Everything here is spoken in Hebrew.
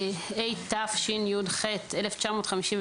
התשי"ח-1958